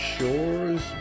Shores